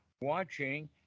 watching